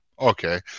okay